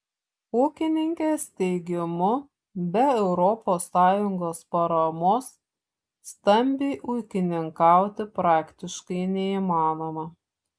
ūkininkės teigimu be europos sąjungos paramos stambiai ūkininkauti praktiškai neįmanoma